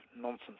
nonsense